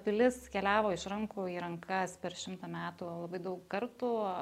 pilis keliavo iš rankų į rankas per šimtą metų labai daug kartų